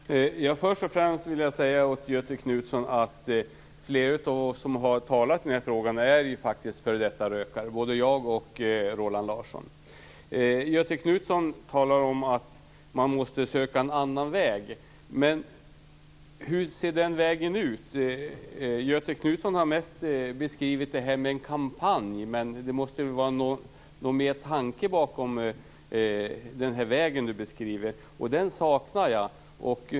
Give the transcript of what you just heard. Fru talman! Först och främst vill jag säga till Göthe Knutson att flera av oss som har talat i den här frågan faktiskt är f.d. rökare. Det gäller både mig och Roland Larsson. Göthe Knutson talar om att man måste söka en annan väg. Men hur ser vägen ut? Göthe Knutson har mest beskrivit det här med en kampanj. Men det måste väl vara mer tanke bakom den väg som han beskriver, och den saknar jag.